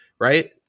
right